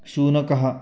शुनकः